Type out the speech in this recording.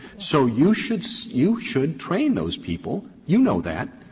so you should so you should train those people. you know that.